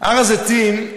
הר הזיתים,